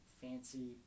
fancy